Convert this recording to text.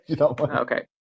Okay